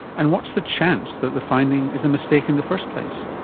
and what's the chance that the finding is a mistake in the first place,